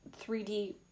3D